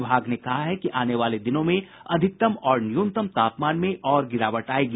विभाग ने कहा है कि आने वाले दिनों में अधिकतम और न्यूनतम तापमान में और गिरावट आयेगी